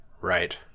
Right